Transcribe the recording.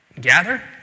gather